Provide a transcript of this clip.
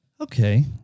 Okay